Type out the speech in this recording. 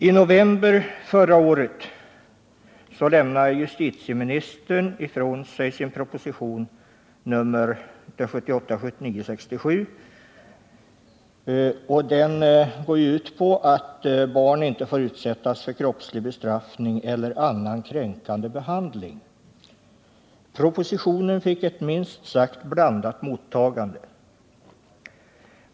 I november förra året lämnade justitieministern ifrån sig propositionen 1978/79:67. Den går ju ut på att barn inte får utsättas för ”kroppslig bestraffning eller annan kränkande behandling”. Propositionen fick ett minst sagt blandat mottagande.